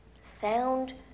Sound